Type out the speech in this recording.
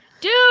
Dude